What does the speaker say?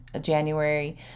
January